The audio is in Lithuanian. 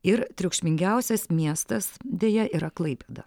ir triukšmingiausias miestas deja yra klaipėda